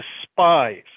despise